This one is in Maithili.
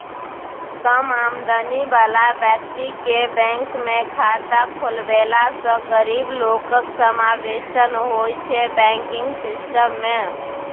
कम आमदनी बला बेकतीकेँ बैंकमे खाता खोलबेलासँ गरीब लोकक समाबेशन होइ छै बैंकिंग सिस्टम मे